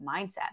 mindset